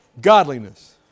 godliness